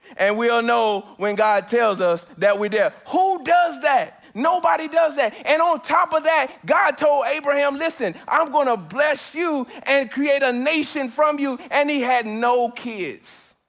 and we'll know when god tells us that we there. who does that? nobody does that. and on top of that, god told abraham, listen i'm gonna bless you and create a nation from you and had no kids.